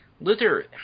Luther